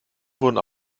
wurden